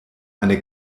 eine